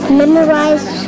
memorize